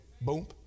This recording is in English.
boom